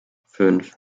fünf